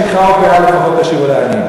כן, לקט שכחה ופאה לפחות תשאירו לעניים.